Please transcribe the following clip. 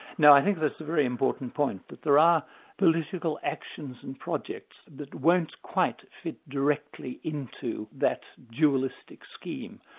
no, i think that's a very important point, that there are political actions and projects that won't quite fit directly into that dualistic scheme.